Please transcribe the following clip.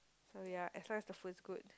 oh ya as long as the food is good